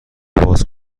باز